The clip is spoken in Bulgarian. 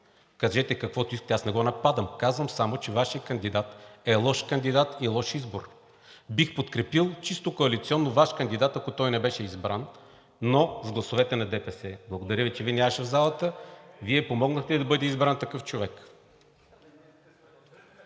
Кажете каквото искате, аз не го нападам. Казвам само, че Вашият кандидат е лош кандидат и лош избор. Бих подкрепил чисто коалиционно Ваш кандидат, ако той не беше избран. Но с гласовете на ДПС - благодаря Ви, че Ви нямаше в залата. Вие помогнахте да бъде избран такъв човек.